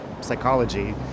psychology